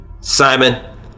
Simon